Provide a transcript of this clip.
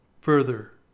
further